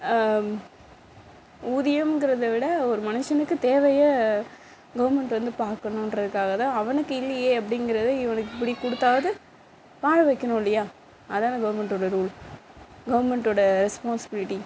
ஊதியம்கிறதை விட ஒரு மனுஷனுக்கு தேவையை கவர்மெண்ட் வந்து பார்க்கணுன்றதுக்குகாகத்தான் அவனுக்கு இல்லையே அப்படிங்கிறதே இவனுக்கு இப்படி கொடுத்தாவது வாழவைக்கணும் இல்லையா அதுதான கவர்மெண்டோட ரூல் கவர்மெண்டோட ரெஸ்பான்ஸ்பிலிட்டி